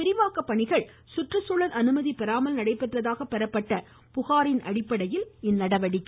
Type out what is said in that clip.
விரிவாக்க பணிகள் சுற்றுச்சூழல் அனுமதி இந்த பெறாமல் நடைபெற்றதாக பெறப்பட்ட புகாரின் அடிப்படையில் இந்நடவடிக்கை